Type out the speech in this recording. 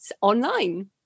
online